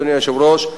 אדוני היושב-ראש,